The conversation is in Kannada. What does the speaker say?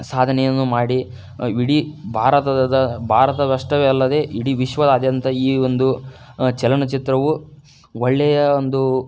ಸಾಧನೆಯನ್ನು ಮಾಡಿ ಇಡೀ ಭಾರತದದ ಭಾರತವಷ್ಟೆಯೇ ಅಲ್ಲದೆ ಇಡೀ ವಿಶ್ವದಾದ್ಯಂತ ಈ ಒಂದು ಚಲನಚಿತ್ರವು ಒಳ್ಳೆಯ ಒಂದು